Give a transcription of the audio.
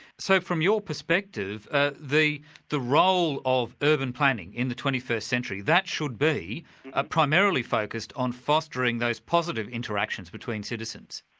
so from your perspective, ah the the role of urban planning in the twenty first century, that should be ah primarily focused on fostering those positive interactions between citizens.